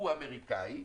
הוא אמריקאי,